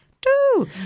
Two